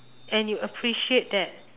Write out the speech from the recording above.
and you appreciate that